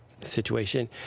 situation